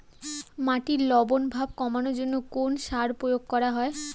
মাটির লবণ ভাব কমানোর জন্য কোন সার প্রয়োগ করা হয়?